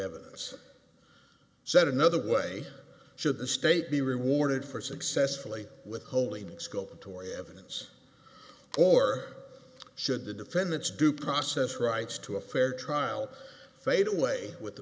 evidence said another way should the state be rewarded for successfully withholding scope torrie evidence or should the defendant's due process rights to a fair trial fade away with the